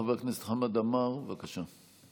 חבר הכנסת חמד עמאר, בבקשה.